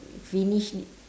finish